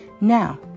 Now